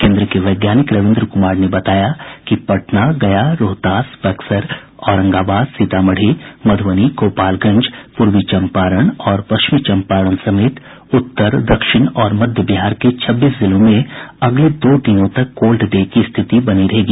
केन्द्र के वैज्ञानिक रवीन्द्र कुमार ने बताया कि पटना गया रोहतास बक्सर औरंगाबाद सीतामढ़ी मधुबनी गोपालगंज पूर्वी चंपारण और पश्चिमी चंपारण समेत उत्तर दक्षिण और मध्य बिहार के छब्बीस जिलों में अगले दो दिनों तक कोल्ड डे की स्थिति बनी रहेगी